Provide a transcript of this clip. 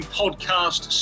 podcast